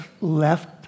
left